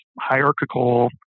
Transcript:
hierarchical